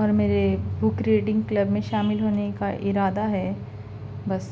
اور میرے book reading club میں شامل ہونے کا ارادہ ہے بس